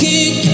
King